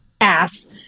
ass